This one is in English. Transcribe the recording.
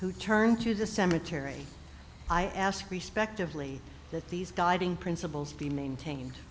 who turn to the cemetery i ask respectably that these guiding principles be maintained